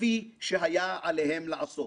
כפי שהיה עליהם לעשות.